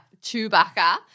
Chewbacca